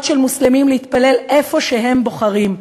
של מוסלמים להתפלל איפה שהם בוחרים.